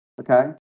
okay